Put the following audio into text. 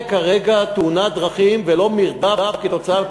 זה כרגע תאונת דרכים ולא מרדף כתוצאה,